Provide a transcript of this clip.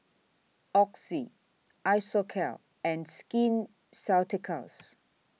Oxy Isocal and Skin Ceuticals